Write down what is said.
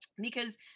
because-